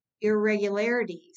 irregularities